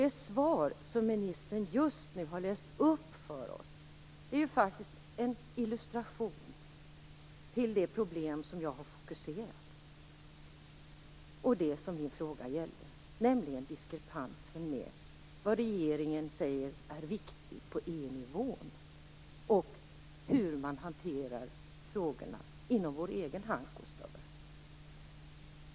Det svar som ministern just har läst upp för oss är faktiskt en illustration till det problem som jag har fokuserat och som min fråga gällde, nämligen diskrepansen mellan vad regeringen säger är viktigt på EU nivå och hur man hanterar frågorna inom vår egen hank och stör.